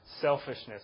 selfishness